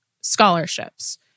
scholarships